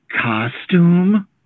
costume